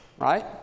right